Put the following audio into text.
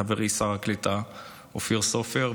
חברי שר הקליטה אופיר סופר.